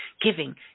giving